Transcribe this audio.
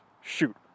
shoot